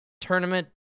tournament